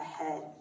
ahead